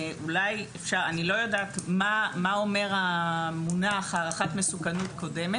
אני לא יודעת מה אומר המונח הערכת מסוכנות קודמת,